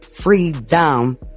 freedom